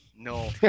No